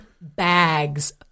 bags